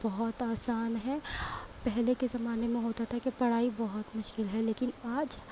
بہت آسان ہے پہلے کے زمانے میں ہوتا تھا کی پڑھائی بہت مشکل ہے لیکن آج